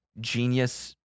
genius